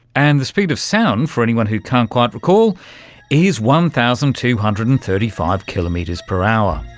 and the speed of sound, for anyone who can't quite recall is one thousand two hundred and thirty five kilometres per hour.